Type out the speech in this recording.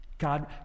God